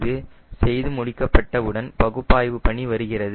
இது செய்து முடிக்கப்பட்ட உடன் பகுப்பாய்வு பணி வருகிறது